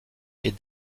est